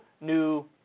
new